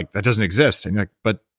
like that doesn't exist, and you're but